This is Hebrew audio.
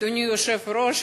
אדוני היושב-ראש,